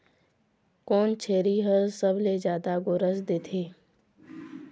कोन छेरी हर सबले जादा गोरस देथे?